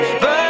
burn